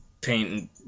paint